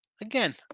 Again